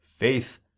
faith